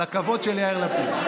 הכבוד של יאיר לפיד,